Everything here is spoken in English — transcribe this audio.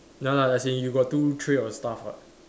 ya lah as in you got two tray of stuff [what]